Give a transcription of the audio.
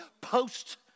post